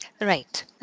Right